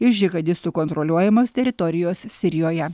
iš džihadistų kontroliuojamos teritorijos sirijoje